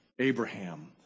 Abraham